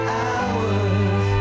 hours